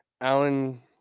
Alan